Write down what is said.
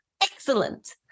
Excellent